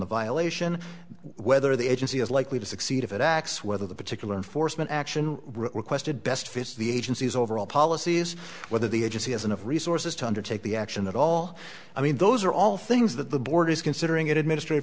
the violation whether the agency is likely to succeed if it acts whether the particular enforcement action requested best fits the agency's overall policies whether the agency has enough resources to undertake the action that all i mean those are all things that the board is considering it administrat